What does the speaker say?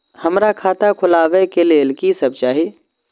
हमरा खाता खोलावे के लेल की सब चाही?